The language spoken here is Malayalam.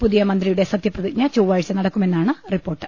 പുതിയ മന്ത്രിയുടെ സത്യപ്രതിജ്ഞ ചൊവ്വാഴ്ച നടക്കുമെന്നാണ് റിപ്പോർട്ട്